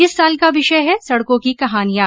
इस साल को विषय है सड़कों की कहानियॉ